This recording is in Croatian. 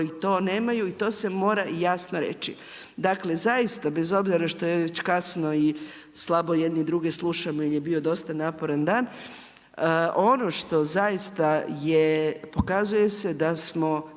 to nemaju i to se mora jasno reći. Dakle, zaista, bez obzira što je već kasno i slabo jedni druge slušamo jer je bio dosta naporan dan, ono što zaista je pokazuje se da nam